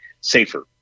safer